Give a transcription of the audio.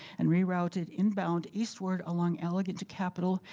and rerouted inbound eastward along allegan to capital,